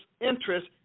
interest